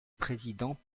président